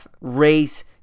race